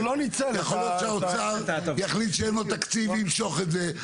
יכול להיות שהאוצר יחליט שאין לו תקציב וימשוך את זה.